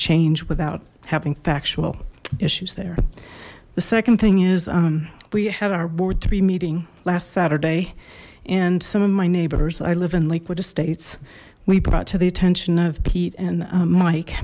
change without having factual issues there the second thing is we had our board three meeting last saturday and some of my neighbors i live in lakewood estates we brought to the attention of pete and mike